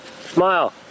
smile